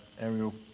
aerial